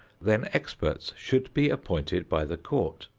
then experts should be appointed by the court.